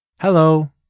Hello